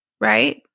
right